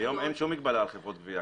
היום אין שום מגבלה על חברות גבייה,